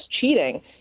cheating